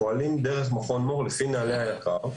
פועלים דרך מכון מור לפי נהלי היק"ר,